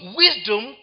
wisdom